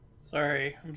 Sorry